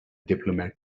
diplomat